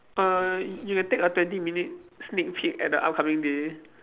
uh you can take a twenty minute sneak peek at the upcoming day